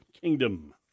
Kingdom